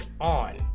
on